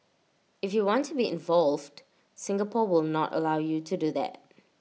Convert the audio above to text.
if you want to be involved Singapore will not allow you to do that